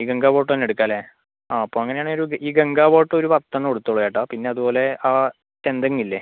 ഈ ഗംഗാ ബോട്ടം തന്നെ എടുക്കാം അല്ലേ ആ അപ്പോൾ അങ്ങനെ ആണെങ്കിൽ ഒരു ഈ ഗംഗാ ബോട്ടം ഒരു പത്ത് എണ്ണം എടുത്തോളൂ ചേട്ടാ പിന്ന അതുപോലെ ആ ചെന്തെങ്ങ് ഇല്ലേ